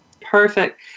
Perfect